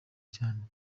cyane